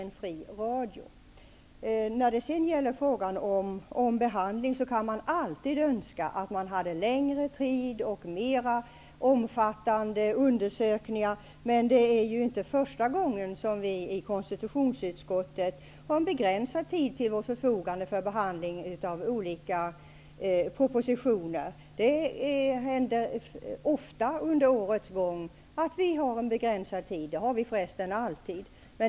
Man kan alltid önska att det skall finnas mer tid och att det skall göras fler omfattande undersökningar när man skall behandla ett ärende. Men det är inte första gången som vi i konstitutionsutskottet har en begränsad tid till vårt förfogande för att behandla olika propositioner. Så är det förresten alltid.